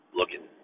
looking